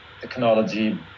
technology